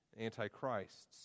Antichrists